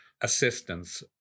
assistance